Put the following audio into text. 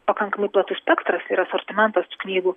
pakankamai platus spektras ir asortimentas tų knygų